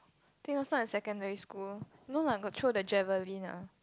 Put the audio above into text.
think also I secondary school no lah got throw the javelin ah